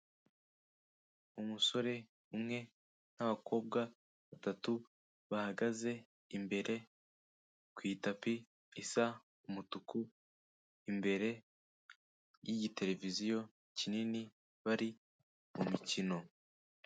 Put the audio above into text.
Umusore umwe n'abakobwa batatu bahagaze imbere ku itapi isa umutuku imbere y'igiteleviziyo kinini bari mu mikino.